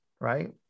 right